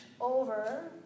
over